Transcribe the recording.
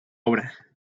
obra